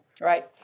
right